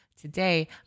Today